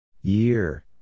Year